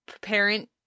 parent